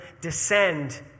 descend